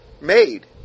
made